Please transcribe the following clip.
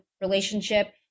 relationship